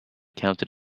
counted